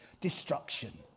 destruction